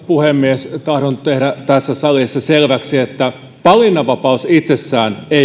puhemies tahdon tehdä tässä salissa selväksi että valinnanvapaus itsessään ei ole